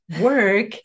work